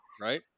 right